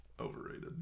overrated